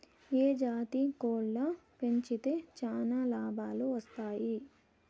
ఏ జాతి కోళ్లు పెంచితే చానా లాభాలు వస్తాయి?